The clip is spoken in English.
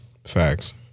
Facts